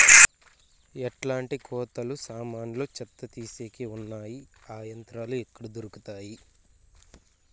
ఎట్లాంటి కోతలు సామాన్లు చెత్త తీసేకి వున్నాయి? ఆ యంత్రాలు ఎక్కడ దొరుకుతాయి?